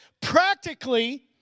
practically